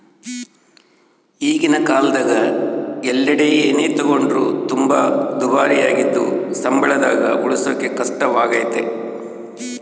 ಈಗಿನ ಕಾಲದಗ ಎಲ್ಲೆಡೆ ಏನೇ ತಗೊಂಡ್ರು ತುಂಬಾ ದುಬಾರಿಯಾಗಿದ್ದು ಸಂಬಳದಾಗ ಉಳಿಸಕೇ ಕಷ್ಟವಾಗೈತೆ